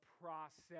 process